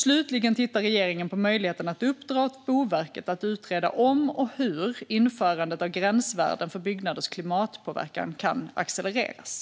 Slutligen tittar regeringen på möjligheten att uppdra åt Boverket att utreda om, och hur, införandet av gränsvärden för byggnaders klimatpåverkan kan accelereras.